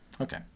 Okay